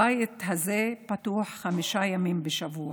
הבית הזה פתוח חמישה ימים בשבוע,